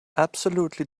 absolutely